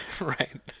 Right